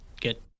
get